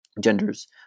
genders